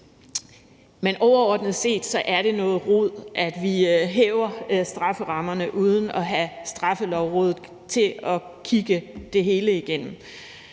men overordnet set er det noget rod, at vi hæver strafferammerne uden at have Straffelovrådet til at kigge det hele igennem,